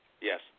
Yes